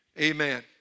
Amen